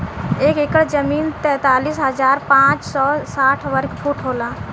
एक एकड़ जमीन तैंतालीस हजार पांच सौ साठ वर्ग फुट होला